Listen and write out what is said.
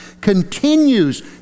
continues